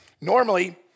normally